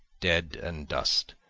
dead and dust,